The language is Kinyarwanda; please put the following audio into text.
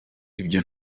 ibyo